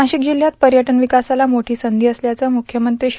नाशिक जिल्ह्यात पर्यटन विकासाला मोठी संधी असल्याचं मुख्यमंत्री श्री